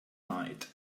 night